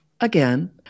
Again